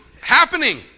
happening